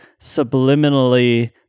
subliminally